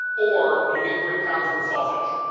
or you get three pounds of the sausage,